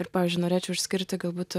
ir pavyzdžiui norėčiau išskirti galbūt